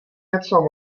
něco